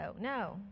No